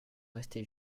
rester